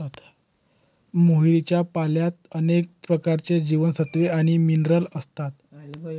मोहरीच्या पाल्यात अनेक प्रकारचे जीवनसत्व आणि मिनरल असतात